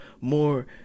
more